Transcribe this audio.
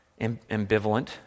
ambivalent